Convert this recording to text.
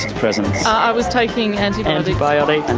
antidepressants, ah i was taking and antibiotics, and